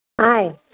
Hi